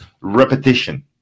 repetition